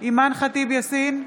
אימאן ח'טיב יאסין,